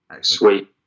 sweet